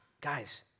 guys